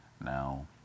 now